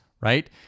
right